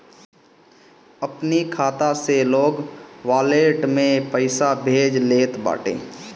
अपनी खाता से लोग वालेट में पईसा भेज लेत बाटे